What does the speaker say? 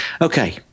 Okay